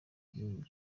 gihugu